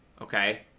okay